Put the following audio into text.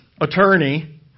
attorney